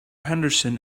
henderson